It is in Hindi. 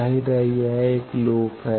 जाहिर है यह एक लूप है